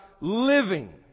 living